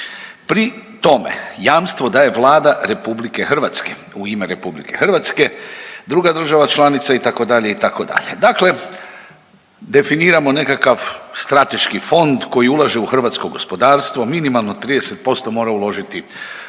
Pri tome, jamstvo daje Vlade Republike Hrvatske u ime Republike Hrvatske, druga država članica itd. itd. Dakle, definiramo nekakav strateški fond koji ulaže u hrvatsko gospodarstvo minimalno 30% mora uložiti ovdje,